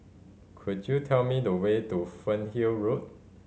could you tell me the way to Fernhill Road